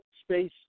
space